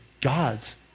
gods